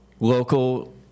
Local